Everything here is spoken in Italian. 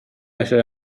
essere